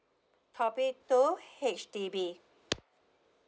topic two H_D_B